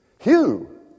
Hugh